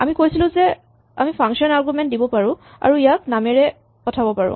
আমি কৈছিলো যে আমি ফাংচন আৰগুমেন্ট দিব পাৰো আৰু ইয়াক নামেৰে পঠাব পাৰো